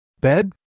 Bed